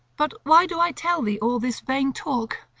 but why do i tell thee all this vain talk,